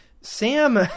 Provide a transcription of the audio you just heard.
Sam